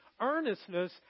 earnestness